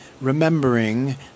remembering